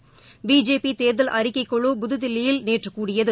் பிஜேபி தேர்தல் அறிக்கைக்குழு புதுதில்லியில் நேற்று கூடியது